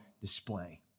display